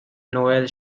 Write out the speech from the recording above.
noel